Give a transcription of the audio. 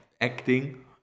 acting